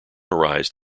arise